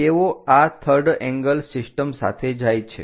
તેઓ આ third angle system સાથે જાય છે